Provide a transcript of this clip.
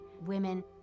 women